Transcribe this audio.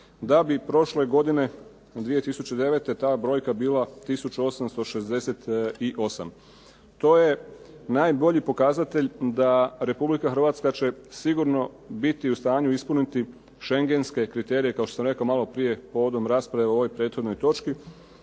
da bi prošle godine 2009. ta brojka bila tisuću 868. To je najbolji pokazatelj da Republika Hrvatska će sigurno biti u stanju ispuniti Šengenske kriterije, kao što sam rekao maloprije povodom rasprave o ovoj prethodnoj točki,